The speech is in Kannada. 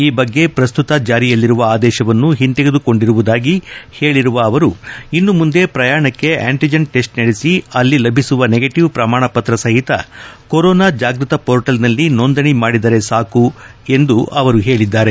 ಈ ಬಗ್ಗೆ ಪ್ರಸ್ತುತ ಜಾರಿಯಲ್ಲಿರುವ ಆದೇಶವನ್ನು ಹಿಂತೆಗೆದು ಕೊಂಡಿರುವುದಾಗಿ ಹೇಳಿರುವ ಅವರು ಇನ್ನು ಮುಂದೆ ಪ್ರಯಾಣಕ್ಕೆ ಅಂಟಿಜನ್ ಟೆಸ್ಟ್ ನಡೆಸಿ ಅಲ್ಲಿ ಲಭಿಸುವ ನೆಗೆಟಿವ್ ಪ್ರಮಾಣಪತ್ರ ಸಹಿತ ಕೊರೋನಾ ಜಾಗೃತ ಪೋರ್ಟಲ್ನಲ್ಲಿ ನೋಂದಣಿ ಮಾಡಿದರೆ ಸಾಕು ಎಂದು ಅವರು ಹೇಳಿದ್ದಾರೆ